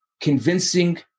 convincing